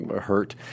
hurt